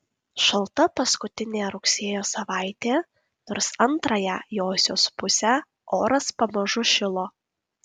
šalta paskutinė rugsėjo savaitė nors antrąją josios pusę oras pamažu šilo